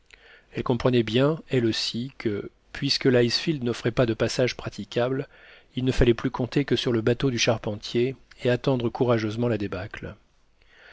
elle comprenait bien elle aussi que puisque l'icefield n'offrait pas de passage praticable il ne fallait plus compter que sur le bateau du charpentier et attendre courageusement la débâcle